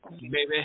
baby